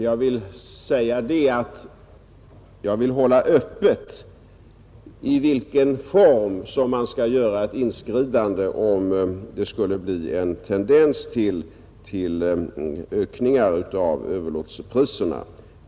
Jag vill hålla öppet i vilken form man bör inskrida, om det skulle visa sig en tendens till ökning av överlåtelsepriserna.